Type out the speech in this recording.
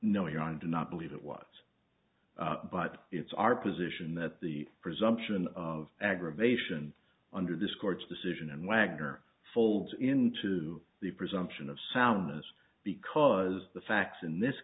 know your own do not believe it was but it's our position that the presumption of aggravation under this court's decision and wagner folds into the presumption of soundness because the facts in this